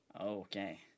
Okay